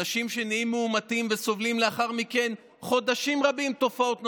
אנשים שנהיים מאומתים וסובלים לאחר מכן חודשים רבים מתופעות נוספות?